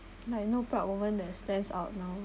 like no proud moment that stands out now